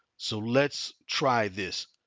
so let's try this.